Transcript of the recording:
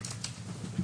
הכפילו את עצמן.